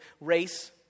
race